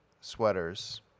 sweaters